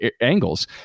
angles